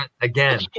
again